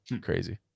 Crazy